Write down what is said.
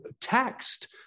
text